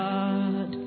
God